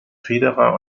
federer